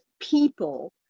people